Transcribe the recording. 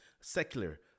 secular